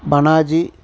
Panaji